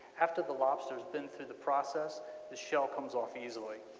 after the lobster has been through the process the shell comes off easily.